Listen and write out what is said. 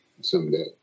someday